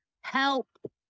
Help